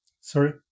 sorry